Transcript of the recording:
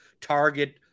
Target